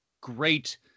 great